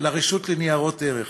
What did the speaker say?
לרשות לניירות ערך.